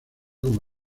como